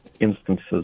instances